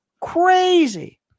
crazy